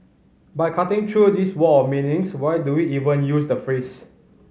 but cutting through this wall of meanings why do we even use the phrase